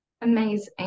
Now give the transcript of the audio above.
Amazing